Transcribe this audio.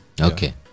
Okay